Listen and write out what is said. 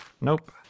Nope